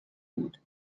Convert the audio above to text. بود